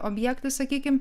objektui sakykim